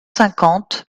cinquante